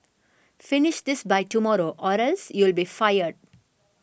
finish this by tomorrow or else you'll be fired